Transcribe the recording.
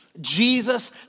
Jesus